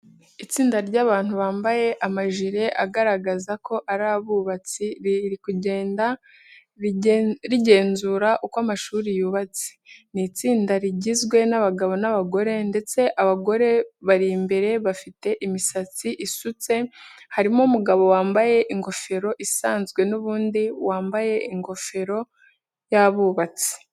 Itsinda ry'abantu bambaye amajire agaragaza ko ari abubatsi riri kugenda, rigenzura uko amashuri yubatse. Ni itsinda rigizwe n'abagabo n'abagore ndetse abagore bari imbere bafite imisatsi isutse, harimo n'umugabo wambaye ingofero isanzwe n'undi wambaye ingofero y'abubatsi.